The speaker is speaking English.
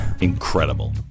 Incredible